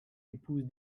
épouse